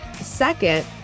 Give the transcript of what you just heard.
Second